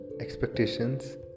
expectations